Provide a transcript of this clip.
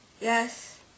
Yes